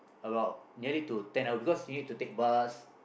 about nearly to ten hours because you need to take bus